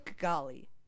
Golly